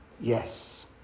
Yes